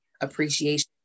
appreciation